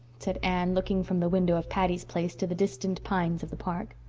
said anne, looking from the window of patty's place to the distant pines of the park.